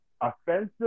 offensive